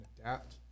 adapt